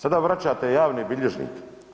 Sada vraćate javne bilježnike.